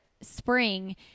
spring